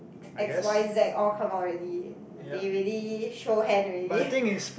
x_y_z all come out already they already show hand already